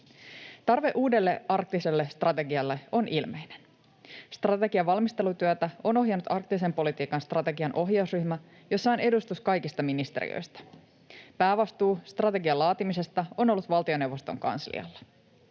Tarve uudelle arktiselle strategialle on ilmeinen. Strategian valmistelutyötä on ohjannut arktisen politiikan strategian ohjausryhmä, jossa on edustus kaikista ministeriöistä. Päävastuu strategian laatimisesta on ollut valtioneuvoston kanslialla.